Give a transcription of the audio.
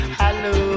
hello